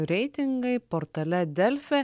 reitingai portale delfi